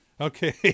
Okay